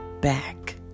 back